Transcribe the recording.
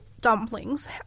dumplings